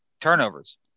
turnovers